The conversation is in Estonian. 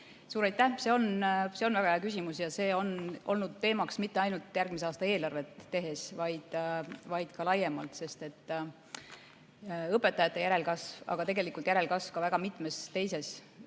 Suur aitäh! See on väga hea küsimus. See on olnud teemaks mitte ainult järgmise aasta eelarvet tehes, vaid ka laiemalt. Õpetajate järelkasv, aga tegelikult järelkasv ka väga mitmes teises